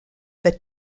that